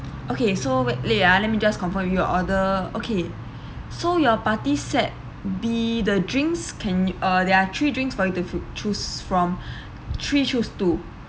okay so wait ah let me just confirm with you your order okay so your party set B the drinks can uh there are three drinks for you to choose from three choose two